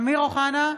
אמיר אוחנה,